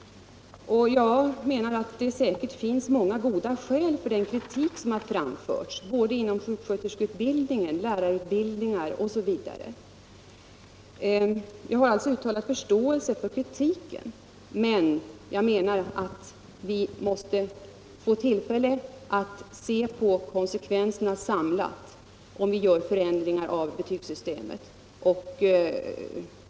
Jag menar att det säkerligen finns många goda skäl för den kritik som har framförts mot sjuksköterskeutbildningen, mot lärarutbildningar osv. Jag har alltså uttalat förståelse för kritiken. Men jag menar att vi, om vi skall göra förändringar i betygsystemet, måste få tillfälle att se på konsekvenserna samlat.